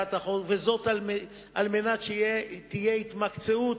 בהצעת החוק, כדי שתהיה התמקצעות,